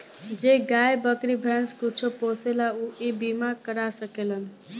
जे गाय, बकरी, भैंस कुछो पोसेला ऊ इ बीमा करा सकेलन सन